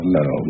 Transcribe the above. no